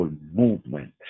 movement